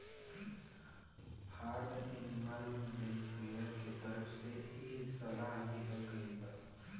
form animal welfare के तरफ से इ सलाह दीहल गईल बा